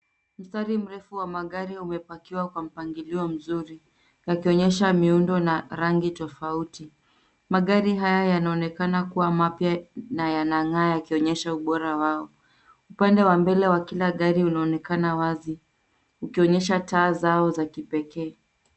Mstari mrefu wa magari umepakiwa kwa mpangilio mzuri, wakionyesha miundo na rangi tofauti. Magari haya yanaonekana kuwa mapya na yanang'aa yakionyesha ubora wao. Upande wa mbele wa kila gari unaonekana wazi, ukionyesha taa zao za kipekee.